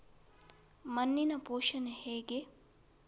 ಮಣ್ಣಿನ ಪೋಷಣೆ ಹೇಗೆ?